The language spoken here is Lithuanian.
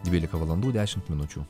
dvylika valandų dešimt minučių